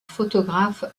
photographe